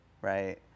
right